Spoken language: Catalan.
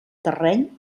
terreny